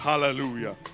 Hallelujah